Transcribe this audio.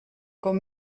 com